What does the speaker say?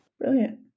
brilliant